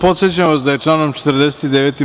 Podsećam vas da je članom 49.